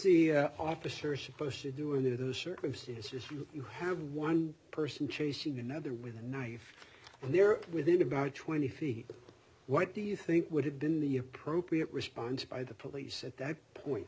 see officer supposed to do in those circumstances you have one person chasing another with a knife and they're within about twenty feet what do you think would have been the appropriate response by the police at that